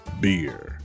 Beer